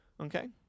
Okay